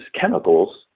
chemicals